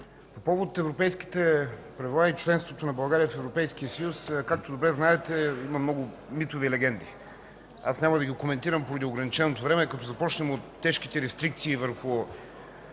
По повод европейските правила и членството на България в Европейския съюз, както добре знаете, има много митове и легенди. Няма да ги коментирам поради ограниченото време, като започнем от тежките рестрикции върху